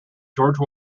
george